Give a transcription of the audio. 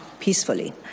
peacefully